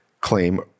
claim